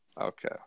Okay